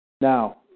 Now